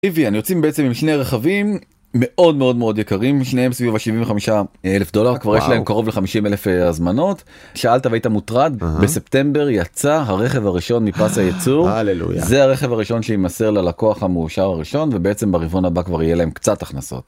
ריביאן, יוצאים בעצם עם שני רכבים מאוד מאוד מאוד יקרים שניהם סביבה 75 אלף דולר כבר יש להם קרוב ל-50 אלף הזמנות שאלת והיית המוטרד, בספטמבר יצא הרכב הראשון מפס הייצור זה הרכב הראשון שיימסר ללקוח המאושר הראשון ובעצם בריבעון הבא כבר יהיה להם קצת הכנסות.